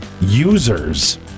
users